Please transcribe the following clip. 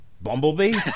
Bumblebee